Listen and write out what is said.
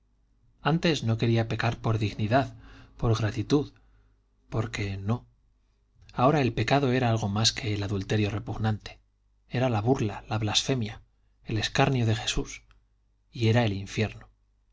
antes no quería pecar por dignidad por gratitud porque no ahora el pecado era algo más que el adulterio repugnante era la burla la blasfemia el escarnio de jesús y era el infierno